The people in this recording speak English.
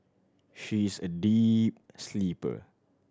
she is a deep sleeper